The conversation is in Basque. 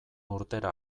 urtera